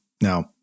Now